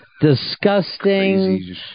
disgusting